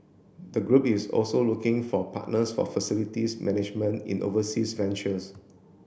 the group is also looking for partners for facilities management in overseas ventures